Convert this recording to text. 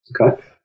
Okay